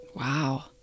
wow